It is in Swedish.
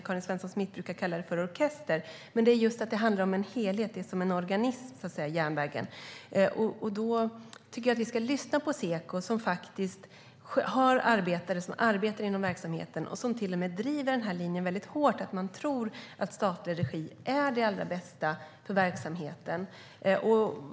Karin Svensson Smith brukar kalla det för en orkester, men det är just att järnvägen är en helhet, som en organism. Därför tycker jag att vi ska lyssna på Seko som faktiskt har arbetare som arbetar inom verksamheten och som till och med driver den här linjen väldigt hårt att man tror att statlig regi är det allra bästa för verksamheten.